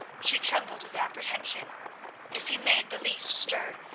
she trembled with apprehension if he made the least stir,